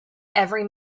every